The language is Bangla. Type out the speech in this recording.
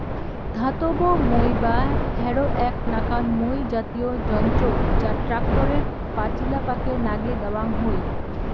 ধাতব মই বা হ্যারো এ্যাক নাকান মই জাতীয় যন্ত্র যা ট্যাক্টরের পাচিলাপাকে নাগে দ্যাওয়াং হই